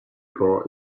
choir